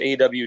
AW